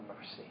mercy